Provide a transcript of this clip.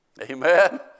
Amen